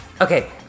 Okay